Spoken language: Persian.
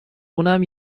اونم